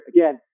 Again